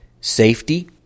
safety